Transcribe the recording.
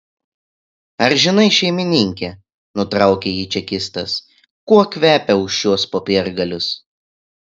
ar žinai šeimininke nutraukė jį čekistas kuo kvepia už šiuos popiergalius